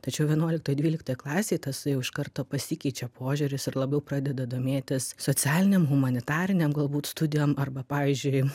tačiau vienuoliktoj dvyliktoj klasėje tas jau iš karto pasikeičia požiūris ir labiau pradeda domėtis socialinėm humanitarinėm galbūt studijom arba pavyzdžiui